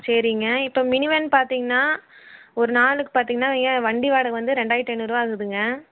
சரிங்க இப்போ mini van பார்த்திங்கன்னா ஒரு நாளுக்கு பார்த்திங்கன்னா ஏ வண்டி வாடகை வந்து ரெண்டாயிரத்தி ஐநூறுபா ஆகுதுங்க